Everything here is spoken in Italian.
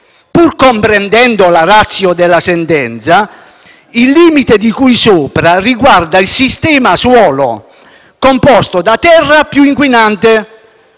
Pur comprendendo la ratio della sentenza, il limite di cui sopra ri- guarda il sistema suolo, composto da terra più inquinante.